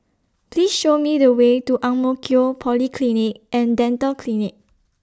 Please Show Me The Way to Ang Mo Kio Polyclinic and Dental Clinic